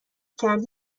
کردی